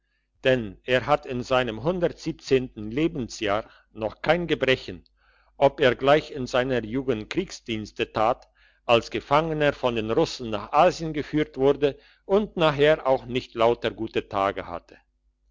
denn er hat in seinem hundertsiebenzehnten lebensjahr noch kein gebrechen ob er gleich in seiner jugend kriegsdienste tat als gefangener von den russen nach asien geführt wurde und nachher auch nicht lauter gute tage hatte